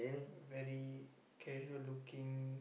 very casual looking